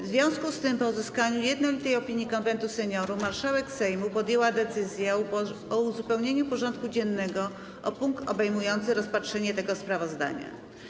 W związku z tym, po uzyskaniu jednolitej opinii Konwentu Seniorów, marszałek Sejmu podjęła decyzję o uzupełnieniu porządku dziennego o punkt obejmujący rozpatrzenie tego sprawozdania.